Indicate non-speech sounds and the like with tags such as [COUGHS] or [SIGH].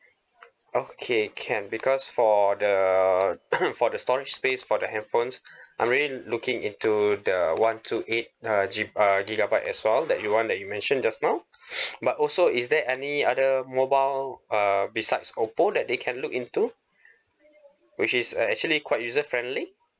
okay can because for the [COUGHS] for the storage space for the handphones [BREATH] I'm really looking into the one two eight uh jeep uh gigabyte as well that you want that you mentioned just now but also is there any other mobile uh besides Oppo that they can look into which is uh actually quite user friendly